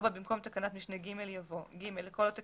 במקום תקנת משנה (ג) יבוא: "(ג)לכל עותק